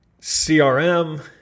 CRM